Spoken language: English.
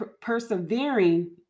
persevering